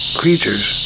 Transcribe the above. creatures